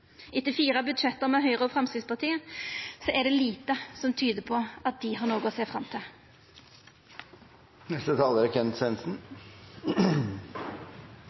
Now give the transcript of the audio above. Etter fire budsjett med Høgre og Framstegspartiet er det lite som tyder på at dei har noko å sjå fram